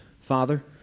father